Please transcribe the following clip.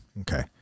okay